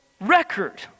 record